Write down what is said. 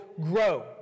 grow